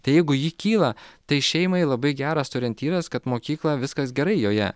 tai jeigu ji kyla tai šeimai labai geras orientyras kad mokykla viskas gerai joje